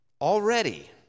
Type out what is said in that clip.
Already